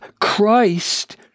Christ